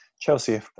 Chelsea